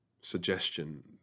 suggestion